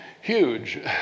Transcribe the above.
huge